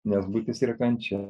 nes būtis yra kančia